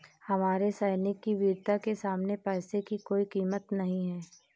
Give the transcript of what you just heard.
हमारे सैनिक की वीरता के सामने पैसे की कोई कीमत नही है